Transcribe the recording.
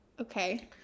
Okay